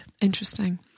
Interesting